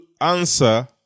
answer